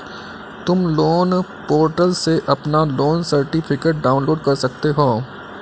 तुम loan portal से अपना लोन सर्टिफिकेट डाउनलोड कर सकते हो